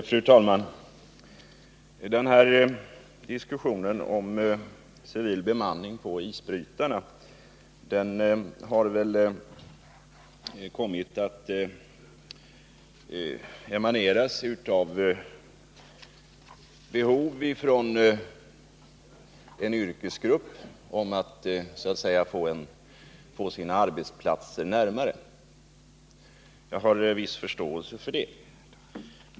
Fru talman! Diskussionen om civil bemanning på isbrytarna emanerar från en yrkesgrupps behov av att få sina arbetsplatser flyttade närmare. Jag har viss förståelse för det.